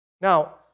Now